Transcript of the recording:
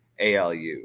ALU